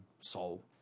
soul